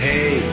Hey